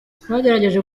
twagerageje